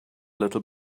little